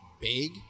big